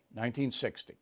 1960